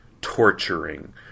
torturing